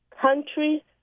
country